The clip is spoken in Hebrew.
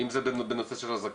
אם זה בנושא של הזכאות,